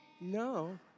No